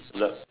love